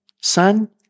Son